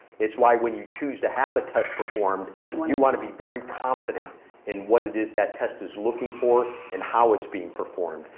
it's why when you choose to have a test performed you want you want to be very confident in what it is that test is looking for and how it's being performed.